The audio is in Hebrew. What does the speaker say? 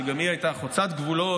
שגם היא הייתה חוצת גבולות,